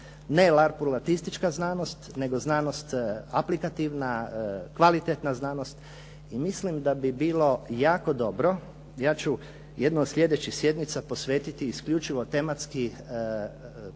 ne razumije./… znanost nego znanost aplikativna, kvalitetna znanost i mislim da bi bilo jako dobro, ja ću jednu od sljedećih sjednica posvetiti isključivo tematskim